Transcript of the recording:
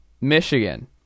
Michigan